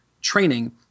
training